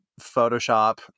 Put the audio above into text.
Photoshop